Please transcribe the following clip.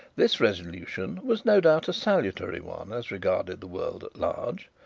this resolution was no doubt a salutary one as regarded the world at large,